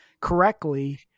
correctly